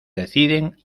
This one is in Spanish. deciden